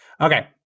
Okay